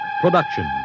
production